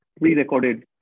pre-recorded